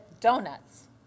donuts